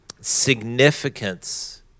significance